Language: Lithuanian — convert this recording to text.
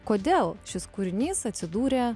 kodėl šis kūrinys atsidūrė